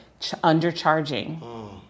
undercharging